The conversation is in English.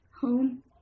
Home